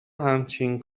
همچنین